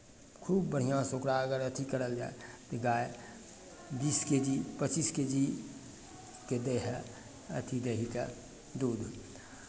खूब बढ़िआँसँ ओकरा अगर अथि करल जाय गाय बीस के जी पच्चीस के जी के दै हइ अथि दै हइके दूध